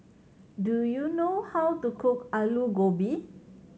do you know how to cook Alu Gobi